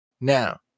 Now